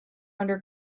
under